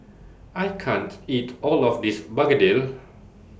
I can't eat All of This Begedil